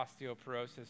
osteoporosis